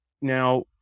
now